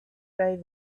day